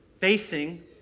facing